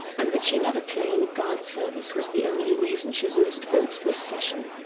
and that she never claimed guard service was the only reason she's missed votes this session.